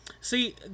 See